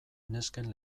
nesken